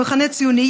למחנה הציוני,